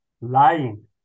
lying